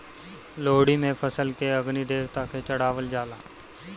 लोहड़ी में फसल के अग्नि देवता के चढ़ावल जाला